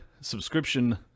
subscription